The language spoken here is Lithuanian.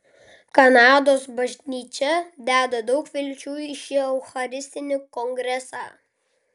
kanados bažnyčia deda daug vilčių į šį eucharistinį kongresą